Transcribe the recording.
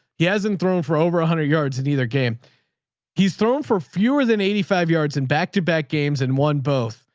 he hasn't thrown for over a hundred yards in either game he's thrown for fewer than eighty five yards in back-to-back games and won both.